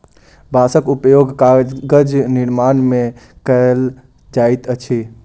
बांसक उपयोग कागज निर्माण में कयल जाइत अछि